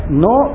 no